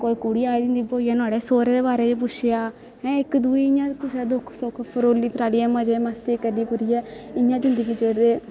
कोई कुड़ी आई दी होंदी नुहाड़े सौह्रे बारे च पुच्छेआ हैं इक दूए गी ने दुख सुख फरोलेआ फरोलियै मजे मस्ती करी कुरियै इ'यां जिंदगी जींदे